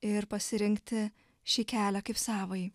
ir pasirinkti šį kelią kaip savąjį